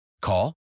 Call